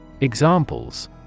Examples